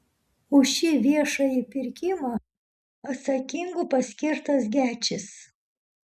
už šį viešąjį pirkimą atsakingu paskirtas gečis